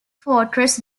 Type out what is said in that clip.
fortress